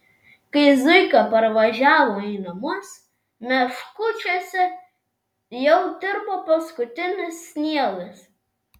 kai zuika parvažiavo į namus meškučiuose jau tirpo paskutinis sniegas